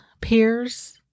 peers